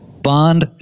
Bond